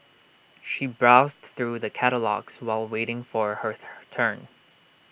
she browsed through the catalogues while waiting for her turn